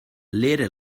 leere